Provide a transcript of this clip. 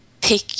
pick